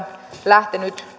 lähtenyt